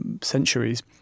centuries